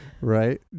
Right